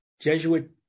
Jesuit